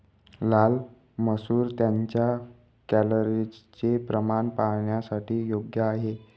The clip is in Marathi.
लाल मसूर त्यांच्या कॅलरीजचे प्रमाण पाहणाऱ्यांसाठी योग्य आहे